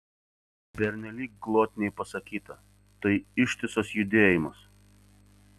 pernelyg glotniai pasakyta tai ištisas judėjimas